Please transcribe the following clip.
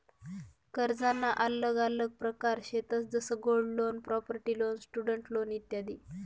कर्जना आल्लग आल्लग प्रकार शेतंस जसं gold loan, property loan, student loan इत्यादी